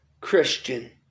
Christian